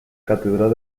catedral